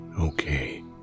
okay